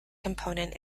component